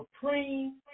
supreme